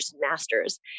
masters